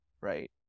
right